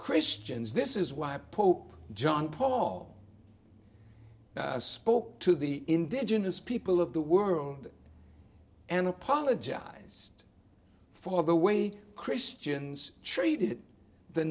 christians this is why pope john paul spoke to the indigenous people of the world and apologized for the way christians treated the